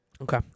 Okay